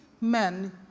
men